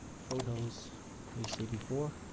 photos you see before?